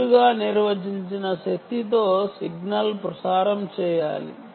ముందుగా నిర్వచించిన శక్తితో సిగ్నల్ ని ప్రసారం చేయాలి